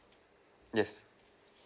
yes